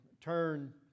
turn